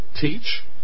teach